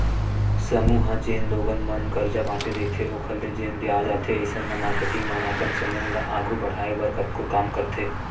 समूह ह जेन लोगन मन करजा बांटे रहिथे ओखर ले जेन बियाज आथे अइसन म मारकेटिंग मन अपन समूह ल आघू बड़हाय बर कतको काम करथे